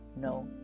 no